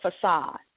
facade